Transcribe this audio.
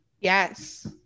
yes